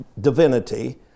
divinity